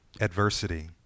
adversity